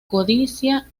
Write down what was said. codicia